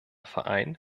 verein